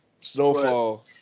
Snowfall